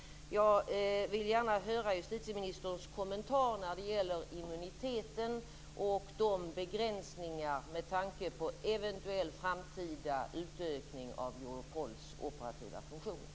Jag vill gärna höra justitieministerns kommentar när det gäller immuniteten och begränsningar med tanke på en eventuell framtida utökning av Europols operativa funktioner.